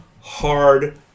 hard